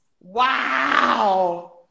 Wow